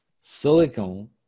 Silicone